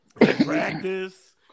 Practice